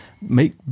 Make